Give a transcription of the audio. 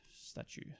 statue